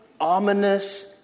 ominous